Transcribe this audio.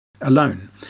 alone